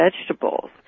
vegetables